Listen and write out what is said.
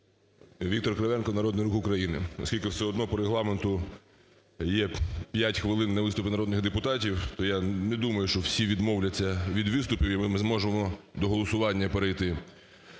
Віктор Кривенко, "Народний Рух України". Оскільки все одно по Регламенту є 5 хвилин на виступи народних депутатів, то я не думаю, що всі відмовляться від виступів і ми зможемо до голосування перейти.